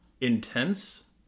intense